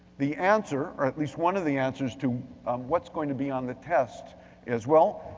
the answer, or at least one of the answers, to what's going to be on the test is well,